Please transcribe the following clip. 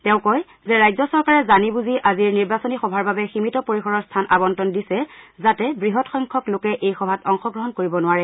তেওঁ কয় যে ৰাজ্য চৰকাৰে জানি বুজি আজিৰ নিৰ্বাচনী সভাৰ বাবে সীমিত পৰিসৰৰ স্থান আৱণ্টন দিছে যাতে বৃহৎ সংখ্যক লোকে এই সভাত অংশগ্ৰহণ কৰিব নোৱাৰে